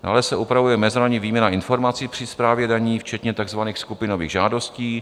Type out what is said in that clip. Dále se upravuje mezinárodní výměna informací při správě daní včetně takzvaných skupinových žádostí.